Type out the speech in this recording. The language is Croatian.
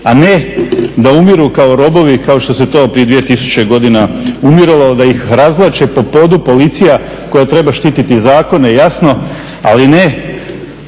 a ne da umiru kao robovi i kao što se to prije 2000 godina umiralo, da ih razvlače po podu policija koja treba štititi zakone jasno ali ne